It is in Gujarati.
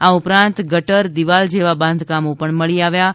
આ ઉપરાંત ગટર દીવાલ જેવા બાંધકામો પણ મળી આવ્યા છે